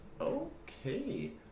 okay